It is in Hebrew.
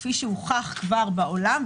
כפי שהוכח כבר בעולם.